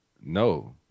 No